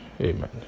Amen